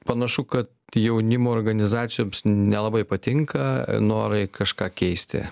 panašu kad jaunimo organizacijoms nelabai patinka norai kažką keisti